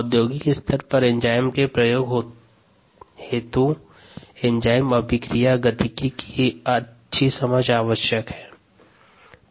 औद्योगिक स्तर पर एंजाइम के प्रयोग हेतु एंजाइम अभिक्रिया गतिकी की अच्छी समझ आवश्यक है